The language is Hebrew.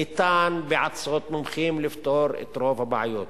ניתן בעצות מומחים לפתור את רוב הבעיות.